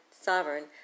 sovereign